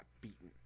beaten